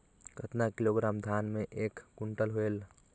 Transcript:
कतना किलोग्राम धान मे एक कुंटल होयल?